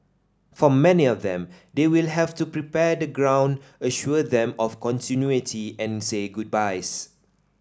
for many of them they will have to prepare the ground assure them of continuity and say goodbyes